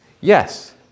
Yes